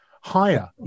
higher